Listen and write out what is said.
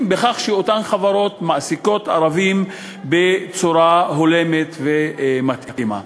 משום שאותן חברות מעסיקות ערבים בצורה הולמת ומתאימה.